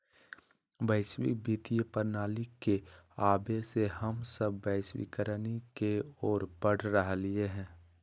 वैश्विक वित्तीय प्रणाली के आवे से हम सब वैश्वीकरण के ओर बढ़ रहलियै हें